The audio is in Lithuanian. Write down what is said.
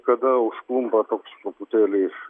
kada užklumpa toks truputėlį